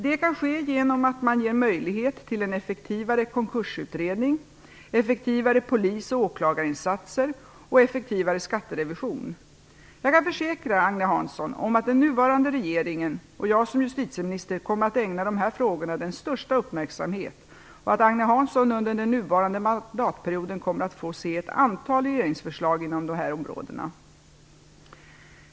Det kan ske genom att man ger möjligheter till en effektivare konkursutredning, effektivare polis och åklagarinsatser och effektivare skatterevision. Jag kan försäkra Agne Hansson om att den nuvarande regeringen och jag som justitieminister kommer att ägna dessa frågor den största uppmärksamhet och att Agne Hansson under den nuvarande mandatperioden kommer att få se ett antal regeringsförslag inom dessa områden.